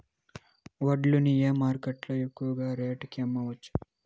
వడ్లు ని ఏ మార్కెట్ లో ఎక్కువగా రేటు కి అమ్మవచ్చు?